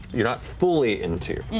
you're not fully into,